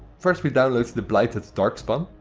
first we download the blighted darkspawn.